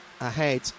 ahead